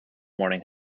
morning